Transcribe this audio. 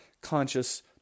conscious